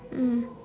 mm